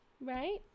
Right